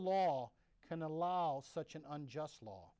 law can allow such an unjust law